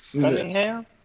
Cunningham